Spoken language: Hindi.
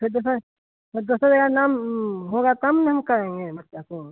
फिर देखैं जब दसों हजार नाम होगा तब ना हम कराऍंगे बच्चा को